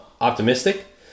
optimistic